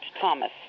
Thomas